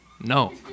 no